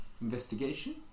investigation